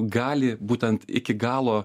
gali būtent iki galo